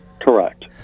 Correct